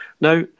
Now